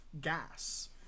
gas